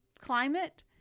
climate